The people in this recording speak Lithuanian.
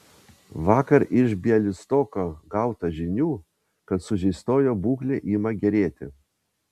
vakar iš bialystoko gauta žinių kad sužeistojo būklė ima gerėti